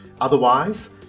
Otherwise